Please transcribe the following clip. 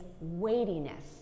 weightiness